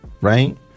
right